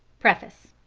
preface.